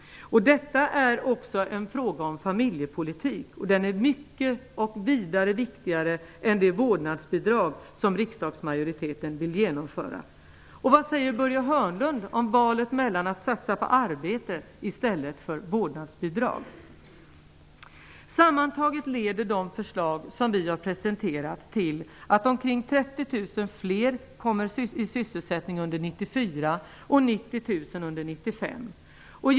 Detta är också en fråga om familjepolitik. Den är vida viktigare än det vårdnadsbidrag som riksdagsmajoriteten vill genomföra. Vad säger Börje Hörnlund om valet mellan att satsa på arbete och att satsa på vårdnadsbidrag? De förslag som vi har presenterat leder sammantaget till att omkring 30 000 fler människor kommer i sysselsättning under 1994 och 90 000 under 1995.